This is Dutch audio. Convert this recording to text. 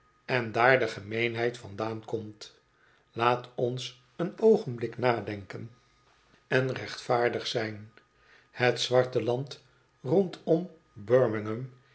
en daar de gemeenheid vandaan komt laat ons een oogenblik nadenken en rechtvaardig zijn het zwarte land rondom